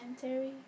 commentary